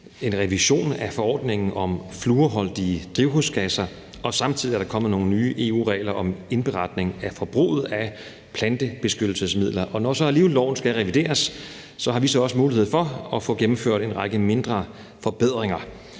en revision af forordningen om fluorholdige drivhusgasser, og samtidig er der kommet nogle nye EU-regler om indberetning af forbruget af plantebeskyttelsesmidler. Når loven så alligevel skal revideres, har vi så også mulighed for at få gennemført en række mindre forbedringer.